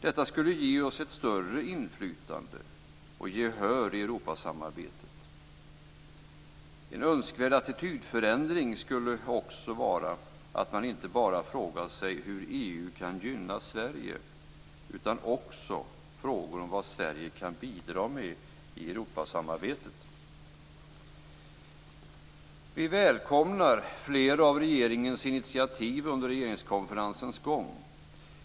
Detta skulle ge oss ett större inflytande och gehör i Europasamarbetet. En önskvärd attitydförändring skulle också vara att man inte bara frågar sig hur EU kan gynna Sverige utan också frågar sig vad Sverige kan bidra med i Vi välkomnar flera av regeringens initiativ under regeringskonferensens gång.